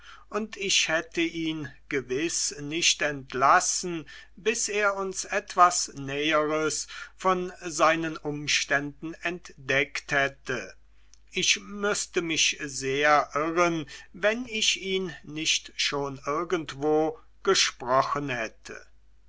und ich hätte ihn gewiß nicht entlassen bis er uns etwas näheres von seinen umständen entdeckt hätte ich müßte mich sehr irren wenn ich ihn nicht schon irgendwo gesprochen hätte